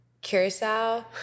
Curacao